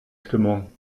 stimmung